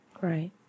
Right